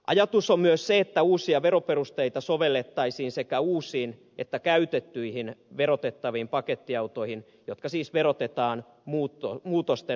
ajatus on myös se että uusia veroperusteita sovellettaisiin sekä uusiin että käytettyihin verotettaviin pakettiautoihin jotka siis verotetaan muutosten voimaan tultua